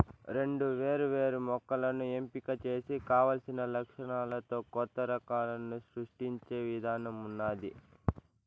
రెండు వేరు వేరు మొక్కలను ఎంపిక చేసి కావలసిన లక్షణాలతో కొత్త రకాలను సృష్టించే ఇధానం ఉన్నాది